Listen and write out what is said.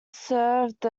served